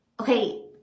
Okay